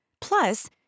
Plus